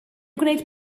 gwneud